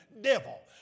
devil